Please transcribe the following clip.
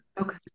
Okay